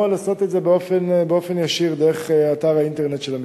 או לעשות את זה באופן ישיר דרך אתר האינטרנט של המשרד.